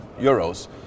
euros